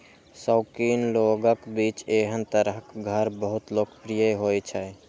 शौकीन लोगक बीच एहन तरहक घर बहुत लोकप्रिय होइ छै